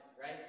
right